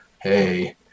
hey